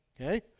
okay